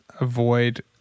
avoid